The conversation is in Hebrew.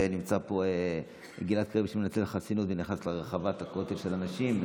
ונמצא פה גלעד קריב שמנצל חסינות ונכנס לרחבת הכותל של הנשים.